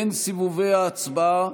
בין סיבובי ההצבעה,